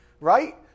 Right